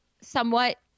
somewhat